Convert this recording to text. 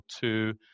two